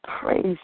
praise